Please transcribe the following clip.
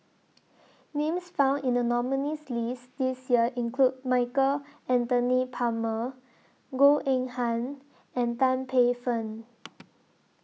Names found in The nominees' list This Year include Michael Anthony Palmer Goh Eng Han and Tan Paey Fern